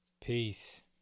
Peace